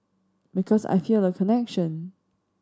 because I feel a connection